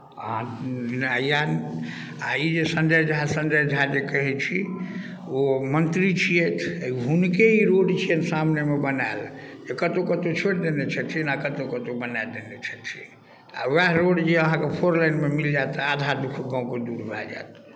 आ ई जे संजय झा संजय झा जे कहै छी ओ मंत्री छियथि हुनके ई रोड छियनि सामनेमे बनायल ई कतहु कतहु छोड़ि देने छथिन आ कतहु कतहु बना देने छथिन आ उएह रोड जे अहाँके फोर लेनमे मिल जायत तऽ आधा दुःख गामके दूर भऽ जायत